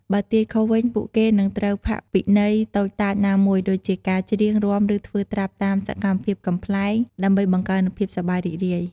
បើទាយខុសវិញ ពួកគេនឹងត្រូវផាកពិន័យតូចតាចណាមួយ ដូចជាការច្រៀង រាំ ឬធ្វើត្រាប់តាមសកម្មភាពកំប្លែង ដើម្បីបង្កើនភាពសប្បាយរីករាយ។